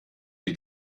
die